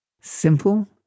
Simple